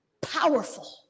Powerful